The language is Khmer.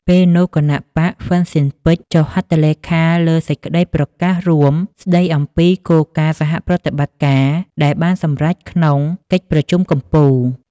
ពេលនោះ គណបក្សហ្វ៊ិនស៊ិនប៉ិច ចុះហត្ថលេខាលើសេចក្តីប្រកាសរួមស្តីអំពីគោលការណ៍សហប្រតិបត្តិការ ដែលបានសម្រេចក្នុង កិច្ចប្រជុំកំពូល។